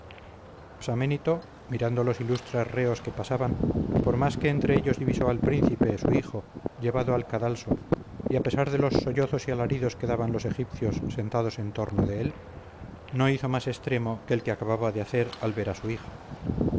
fenecida psaménito mirando los ilustres reos que pasaban por más que entre ellos divisó al príncipe su hijo llevado al cadalso y a pesar de los sollozos y alaridos que daban los egipcios sentados en torno de él no hizo más extremo que el que acababa de hacer al ver a su hija